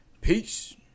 Peace